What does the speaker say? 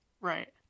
Right